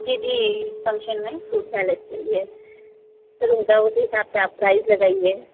जी जी फ़ंक्शन है fruit salad के लिए रुमका उसी हिसाब से आप प्राइस लगाइए